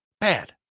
Bad